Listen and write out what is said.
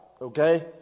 okay